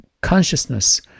consciousness